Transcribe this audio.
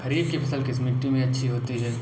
खरीफ की फसल किस मिट्टी में अच्छी होती है?